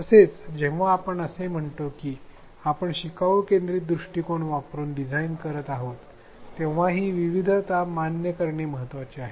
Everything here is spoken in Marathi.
तसेच जेव्हा आपण असे म्हणतो की आपण शिकवू केंद्रित दृष्टिकोन वापरुन डिझाइन करीत आहोत तेव्हा ही विविधता मान्य करणे महत्वाचे आहे